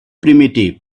primitive